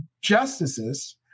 justices